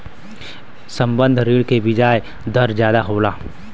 संबंद्ध ऋण के बियाज दर जादा होला